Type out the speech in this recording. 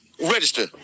register